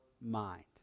mind